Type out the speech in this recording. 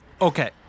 Okay